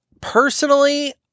Personally